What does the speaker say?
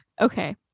okay